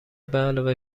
بعلاوه